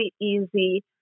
easy